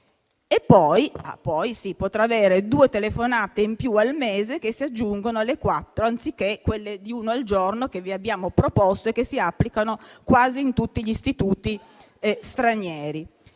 Poi si potranno avere due telefonate in più al mese, che si aggiungono alle quattro, anziché una al giorno come vi abbiamo proposto noi e che si applicano in quasi tutti gli istituti stranieri.